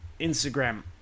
Instagram